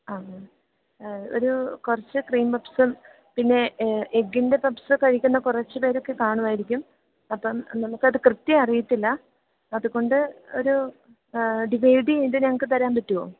ആണോ ഒരു കുറച്ച് ക്രീം പഫ്സും പിന്നെ എഗ്ഗിൻ്റെ പഫ്സ് കഴിക്കുന്ന കുറച്ചു പേരൊക്കെ കാണുമായിരിക്കും അപ്പം നമുക്കത് കൃത്യം അറിയത്തില്ല അതു കൊണ്ട് ഒരു ഡിവൈഡ് ചെയ്ത് ഞങ്ങൾക്ക് തരാൻ പറ്റുമോ